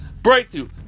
Breakthrough